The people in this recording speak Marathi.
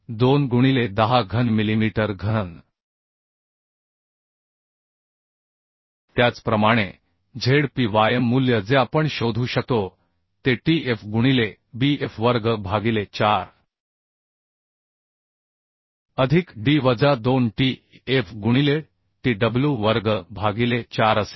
2 गुणिले 10 घन मिलीमीटर घन त्याचप्रमाणे z p y मूल्य जे आपण शोधू शकतो ते t f गुणिले b f वर्ग भागिले 4अधिक d वजा 2 t f गुणिले t w वर्ग भागिले 4 असेल